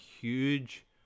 huge